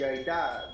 שהייתה